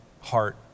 heart